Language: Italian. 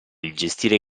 gestire